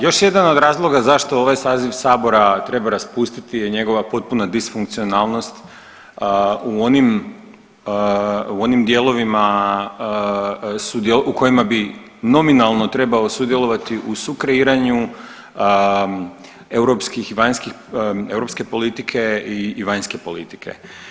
Još jedan od razloga zašto ovaj saziv Sabora treba raspustiti je njegova potpuna disfunkcionalnost u onim dijelovima u kojima bi nominalno trebao sudjelovati u sukreiranju europskih i vanjskih, europske politike i vanjske politike.